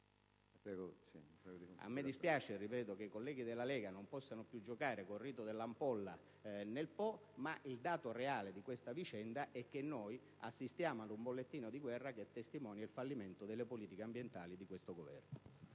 A me dispiace che i colleghi della Lega non possano più giocare con il rito dell'ampolla nel Po, ma il dato reale della vicenda è che assistiamo ad un bollettino di guerra che testimonia il fallimento delle politiche ambientali di questo Governo.